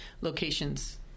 locations